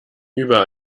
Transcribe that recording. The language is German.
über